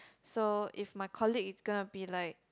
so if my colleague is gonna be like